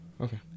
Okay